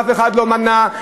אף אחד לא מנע.